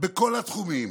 בכל התחומים,